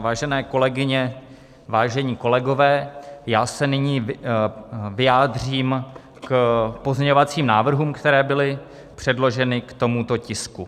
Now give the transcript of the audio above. Vážené kolegyně, vážení kolegové, já se nyní vyjádřím k pozměňovacím návrhům, které byly předloženy k tomuto tisku.